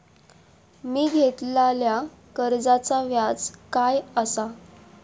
मी घेतलाल्या कर्जाचा व्याज काय आसा?